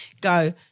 go